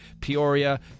Peoria